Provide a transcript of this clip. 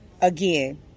Again